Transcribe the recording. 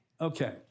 Okay